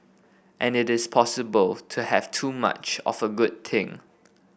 and it is also possible to have too much of a good thing